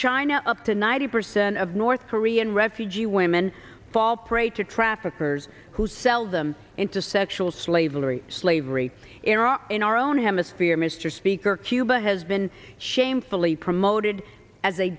china up to ninety percent of north korean refugee women fall prey to traffickers who sell them into sexual slavery slavery in our in our own hemisphere mr speaker cuba has been shamefully promoted as